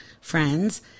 friends